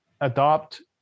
adopt